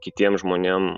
kitiems žmonėm